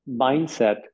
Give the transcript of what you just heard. mindset